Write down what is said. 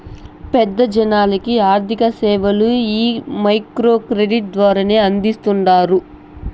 పేద జనాలకి ఆర్థిక సేవలు ఈ మైక్రో క్రెడిట్ ద్వారానే అందిస్తాండారు